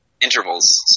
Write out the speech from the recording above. intervals